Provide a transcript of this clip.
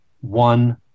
one